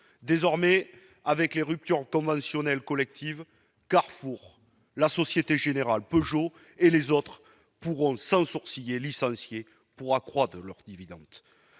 désormais avec les ruptures promotionnel collective Carrefour, la Société Générale, Peugeot et les autres pourront sans sourciller licencié pour accroître leurs dividendes